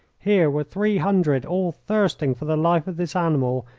here were three hundred, all thirsting for the life of this animal,